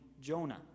Jonah